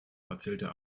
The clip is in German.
erzählte